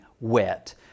wet